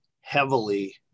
heavily